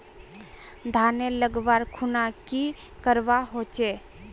धानेर लगवार खुना की करवा होचे?